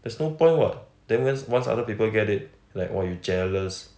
there's no point what then once~ once other people get it like orh you jealous